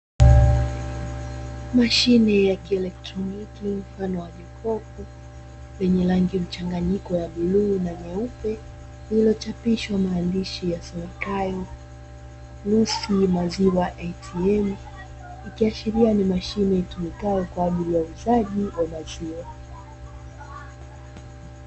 Mashine ya kielektroniki mfano wa jokofu lenye rangi mchanganyiko ya bluu na nyeupe lililochapishwa maandishi yasomekayo "Lucy maziwa ATM" ikiashiria ni mashine itumikayo kwa ajili ya uuzaji wa maziwa.